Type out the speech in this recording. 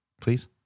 please